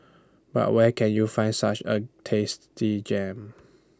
but where can you find such A tasty gem